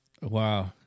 Wow